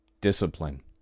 Discipline